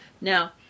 Now